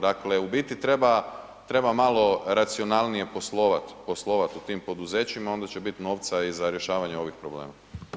Dakle, u biti treba malo racionalnije poslovati, poslovat u tim poduzećima onda će biti novca i za rješavanje ovih problema.